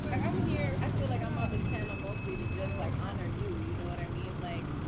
i'm here, i feel like i'm on this panel mostly to just, like, honor you. you know what i mean? like.